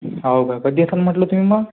हाव का कधी येचाल म्हटलं तुम्ही मग